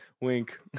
Wink